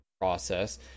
process